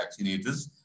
vaccinators